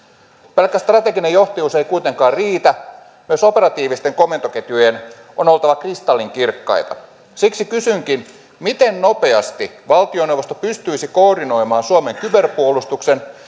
pelkkä strateginen johtajuus ei kuitenkaan riitä myös operatiivisten komentoketjujen on oltava kristallinkirkkaita siksi kysynkin miten nopeasti valtioneuvosto pystyisi koordinoimaan suomen kyberpuolustuksen